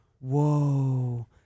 whoa